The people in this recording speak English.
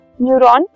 neuron